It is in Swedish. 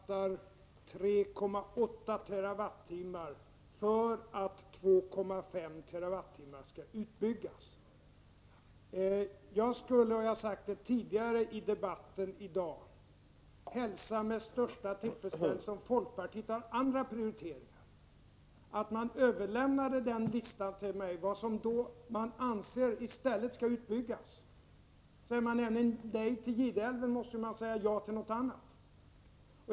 Herr talman! Planen omfattar 3,8 TWh för att 2,5 TWh skall utbyggas. Jag har sagt tidigare i debatten i dag att om folkpartiet gör andra prioriteringar skulle jag hälsa med största tillfredsställelse om man överlämnade en lista över dessa till mig. Säger man nämligen nej till utbyggnaden av Gideälven, måste man säga ja till någonting annat.